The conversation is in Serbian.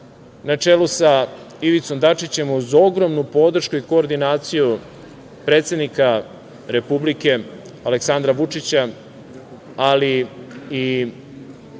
na čelu sa Ivicom Dačićem, uz ogromnu podršku i koordinaciju predsednika Republike Aleksandra Vučića, ali i